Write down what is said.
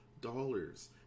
dollars